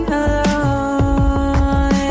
alone